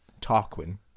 Tarquin